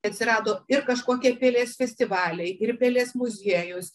atsirado ir kažkokie pelės festivaliai ir pelės muziejus